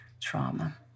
trauma